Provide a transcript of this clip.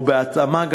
ובהתאמה,